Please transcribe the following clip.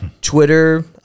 Twitter